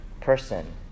person